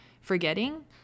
forgetting